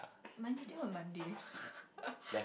mine still on Monday